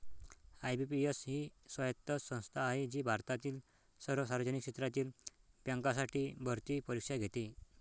IBPS ही स्वायत्त संस्था आहे जी भारतातील सर्व सार्वजनिक क्षेत्रातील बँकांसाठी भरती परीक्षा घेते